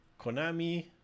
Konami